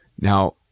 Now